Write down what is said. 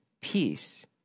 peace